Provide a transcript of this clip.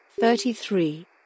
thirty-three